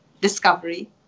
discovery